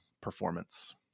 performance